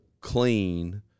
clean